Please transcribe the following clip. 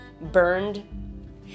burned